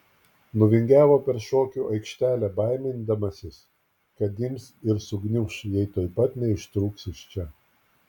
nuvingiavo per šokių aikštelę baimindamasis kad ims ir sugniuš jei tuoj pat neištrūks iš čia